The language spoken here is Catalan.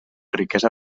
riquesa